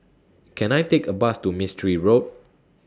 Can I Take A Bus to Mistri Road